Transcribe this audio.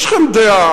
יש לכם דעה,